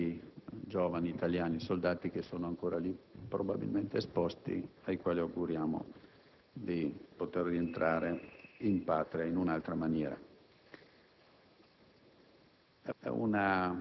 e a tutti gli altri giovani soldati italiani che sono ancora lì, probabilmente esposti, ai quali auguriamo di poter rientrare in Patria in un'altra maniera.